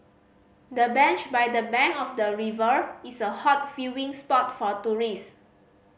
the bench by the bank of the river is a hot viewing spot for tourist